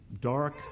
dark